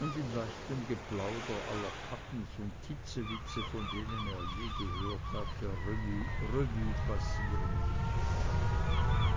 und in leichtem geplauder alle paddens und titzewitze von denen er je gehört hatte revue passieren ließ